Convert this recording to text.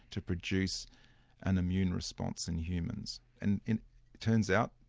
to produce an immune response in humans. and it turns out,